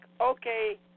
okay